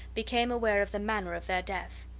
became aware of the manner of their death.